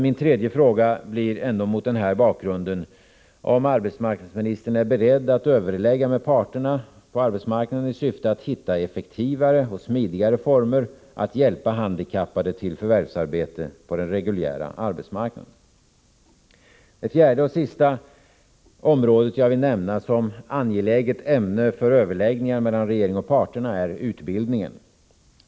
Min tredje fråga blir ändå mot den här bakgrunden om arbetsmarknadsministern är beredd att överlägga med parterna på arbetsmarknaden i syfte att hitta effektivare och smidigare former för att hjälpa handikappade till förvärvsarbete på den reguljära arbetsmarknaden. Det fjärde och sista området jag vill nämna, som angeläget ämne för överläggningar mellan regeringen och parterna, är utbildningen.